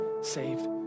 saved